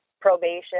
probation